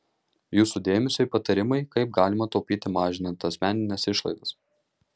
jūsų dėmesiui patarimai kaip galima taupyti mažinant asmenines išlaidas